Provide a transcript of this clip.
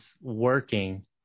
working